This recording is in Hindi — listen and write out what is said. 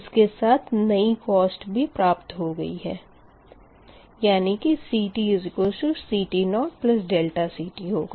इसके साथ नई कोस्ट भी प्राप्त हो गई है यानी कि CTCT0CT होगा